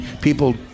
people